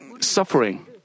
suffering